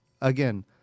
again